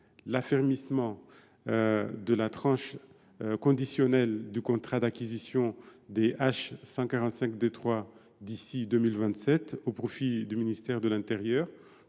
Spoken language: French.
L’affermissement de la tranche conditionnelle du contrat d’acquisition des appareils H145 D3 d’ici à 2027, au profit du ministère de l’intérieur,